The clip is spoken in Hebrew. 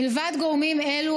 מלבד גורמים אלו,